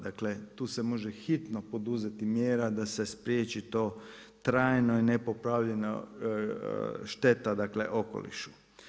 Dakle tu se može hitno poduzeti mjera da se spriječi to trajno i nepopravljena šteta dakle okolišu.